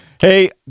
Hey